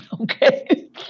Okay